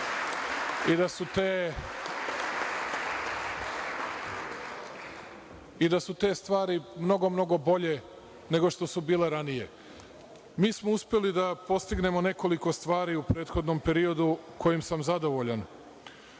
i da su te stvari mnogo bolje nego što su bile ranije. Mi smo uspeli da postignemo nekoliko stvari u prethodnom periodu kojim sam zadovoljan